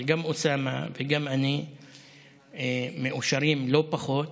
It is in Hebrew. אבל גם אוסאמה וגם אני מאושרים לא פחות.